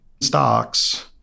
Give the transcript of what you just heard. stocks